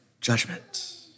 judgment